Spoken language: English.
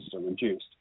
reduced